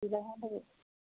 ডিজাইনৰ থাকে